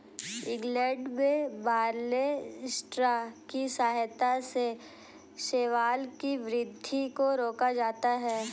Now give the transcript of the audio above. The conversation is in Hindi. इंग्लैंड में बारले स्ट्रा की सहायता से शैवाल की वृद्धि को रोका जाता है